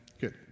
Good